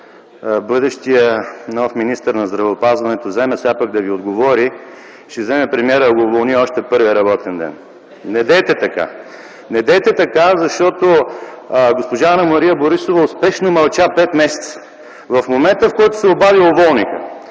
бъдещият нов министър на здравеопазването вземе сега пък да Ви отговори, премиерът ще вземе да го уволни още в първия работен ден. Недейте така! Недейте така, защото госпожа Анна-Мария Борисова успешно мълча пет месеца. В момента, в който се обади, я уволниха.